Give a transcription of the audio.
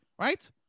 Right